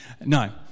no